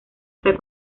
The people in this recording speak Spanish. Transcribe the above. está